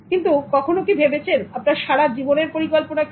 কিন্তু কখনো কি ভেবেছেন আপনার সারা জীবনের পরিকল্পনা কি